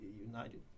United